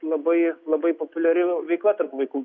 labai labai populiari veikla tarp vaikų